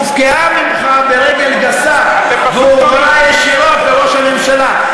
הופקעה ממך ברגל גסה, והועברה ישירות לראש הממשלה.